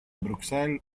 bruxelles